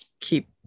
keep